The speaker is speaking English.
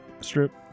strip